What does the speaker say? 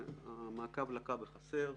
המעקב לקה בחסר,